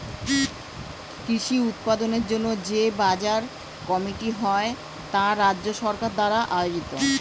কৃষি উৎপাদনের জন্য যে বাজার কমিটি হয় তা রাজ্য সরকার দ্বারা আয়োজিত